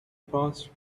passed